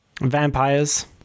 vampires